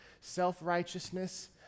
self-righteousness